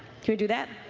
can you do that?